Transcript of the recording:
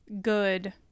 good